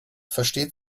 versteht